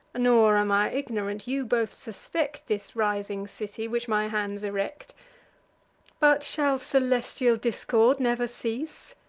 nor am i ignorant, you both suspect this rising city, which my hands erect but shall celestial discord never cease?